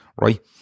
right